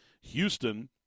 Houston